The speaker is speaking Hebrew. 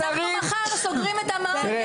אנחנו מחר סוגרים את המעון,